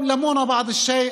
אולם חשוב שנבהיר לציבור שלנו,